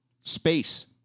space